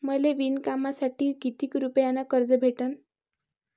मले विणकामासाठी किती रुपयानं कर्ज भेटन?